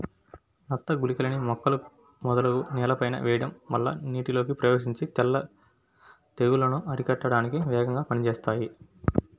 నత్త గుళికలని మొక్కల మొదలు నేలపైన వెయ్యడం వల్ల నీటిలోకి ప్రవేశించి తెగుల్లను అరికట్టడానికి వేగంగా పనిజేత్తాయి